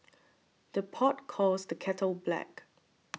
the pot calls the kettle black